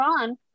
on